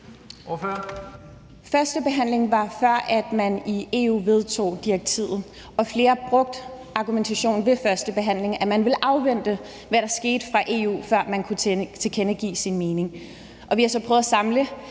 (EL): Førstebehandlingen var, før man i EU vedtog direktivet, og flere brugte argumentationen ved førstebehandlingen, at man ville afvente, hvad der skete fra EU's side, før man kunne tilkendegive sin mening, og vi har så prøvet at samle